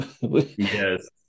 Yes